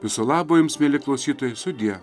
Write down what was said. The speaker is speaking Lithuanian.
viso labo jums mieli klausytojai sudie